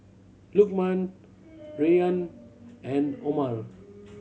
Lukman Rayyan and Omar